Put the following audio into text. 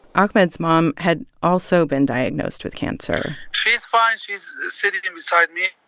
ahmed's mom had also been diagnosed with cancer she's fine. she's sitting here beside me.